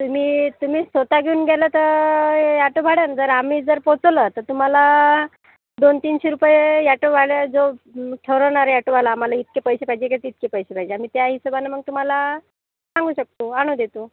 तुम्ही तुम्ही स्वत घेऊन गेलं तर हे ॲटो भाडं न जर आम्ही जर पोहचवलं तर तुम्हाला दोन तीनशे रुपये ॲटो भाडं जो ठरवणारं आहे ॲटोवाला आम्हाला इतके पैसे पाहिजे का तितके पैसे पाहिजे आम्ही त्या हिशोबानं मग तुम्हाला सांगू शकतो आणून देतो